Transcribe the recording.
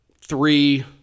three